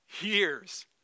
years